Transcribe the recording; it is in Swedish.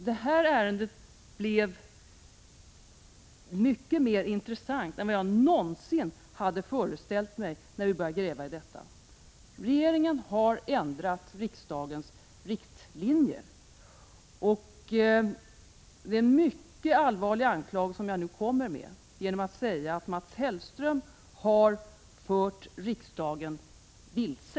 Det här ärendet blev mycket mer intressant än jag någonsin hade föreställt mig när vi började gräva i det. Regeringen har ändrat riksdagens riktlinjer. Det är en mycket allvarlig anklagelse som jag nu kommer med, då jag säger att Mats Hellström har fört riksdagen vilse.